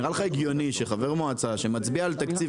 זה נראה לך הגיוני שחבר מועצה שמצביע על תקציב